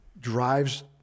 drives